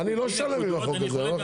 אני חולק עליך.